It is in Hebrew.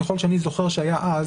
ככל שאני זוכר שהיה אז